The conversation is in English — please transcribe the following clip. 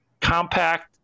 compact